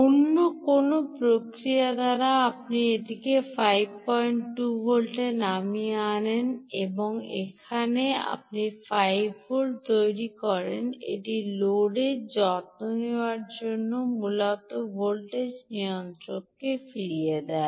অন্য কোনও প্রক্রিয়া দ্বারা আপনি এটিকে 52 ভোল্টে নামিয়ে আনেন এবং এখানে আপনি 5 ভোল্ট তৈরি করেন এটি লোডের যত্ন নেওয়ার জন্য মূলত ভোল্টেজ নিয়ন্ত্রককে ফিরিয়ে দেয়